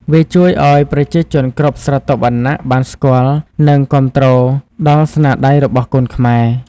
វាជួយឲ្យប្រជាជនគ្រប់ស្រទាប់វណ្ណៈបានស្គាល់និងគាំទ្រដល់ស្នាដៃរបស់កូនខ្មែរ។